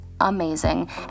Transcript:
amazing